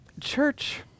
church